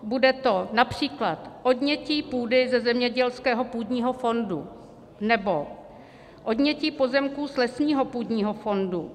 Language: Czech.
Bude to například odnětí půdy ze zemědělského půdního fondu nebo odnětí pozemků z lesního půdního fondu.